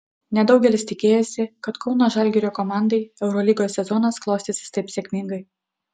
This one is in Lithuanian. nedaugelis tikėjosi kad kauno žalgirio komandai eurolygos sezonas klostysis taip sėkmingai